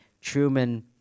Truman